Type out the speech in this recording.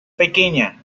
pequeña